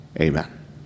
amen